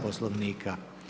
Poslovnika.